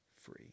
free